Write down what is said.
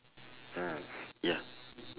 ah ya